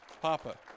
Papa